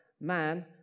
Man